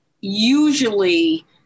usually